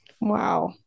wow